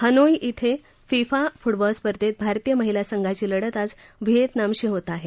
Hanoi धिं FIFA football स्पर्धेत भारतीय महिला संघाची लढत आज व्हिएतनामशी होत आहे